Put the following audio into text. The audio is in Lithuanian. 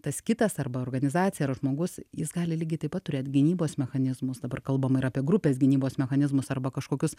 tas kitas arba organizacija ar žmogus jis gali lygiai taip pat turėt gynybos mechanizmus dabar kalbam ir apie grupės gynybos mechanizmus arba kažkokius